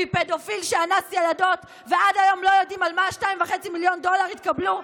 מפדופיל שאנס ילדות ועד היום לא יודעים על מה ה-2.5 מיליון דולר התקבלו?